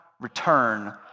return